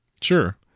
sure